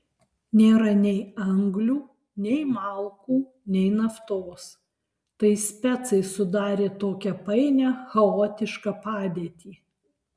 nėra nei anglių nei malkų nei naftos tai specai sudarė tokią painią chaotišką padėtį